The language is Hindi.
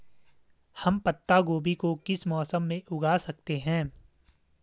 हम पत्ता गोभी को किस मौसम में उगा सकते हैं?